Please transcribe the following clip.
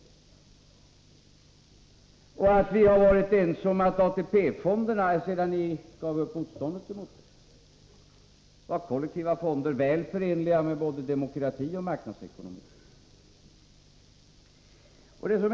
Jag trodde också att vi var ense om att ATP-fonderna — sedan ni gav upp motståndet mot dem — var kollektiva fonder, väl förenliga både med demokrati och marknadsekonomi. Herr talman!